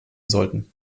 sollten